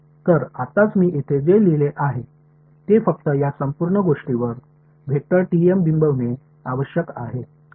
तर आत्ताच मी येथे जे लिहिले आहे ते फक्त या संपूर्ण गोष्टीवर बिंबवणे आवश्यक आहे